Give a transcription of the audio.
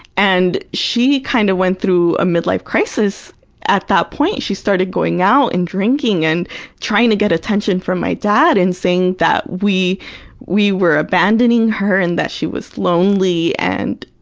and she kind of went through a mid-life crisis at that point. she started going out and drinking and trying to get attention from my dad and saying that we we were abandoning her and that she was lonely and,